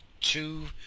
two